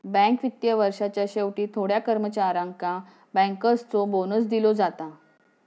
bank वित्तीय वर्षाच्या शेवटी थोड्या कर्मचाऱ्यांका बँकर्सचो बोनस दिलो जाता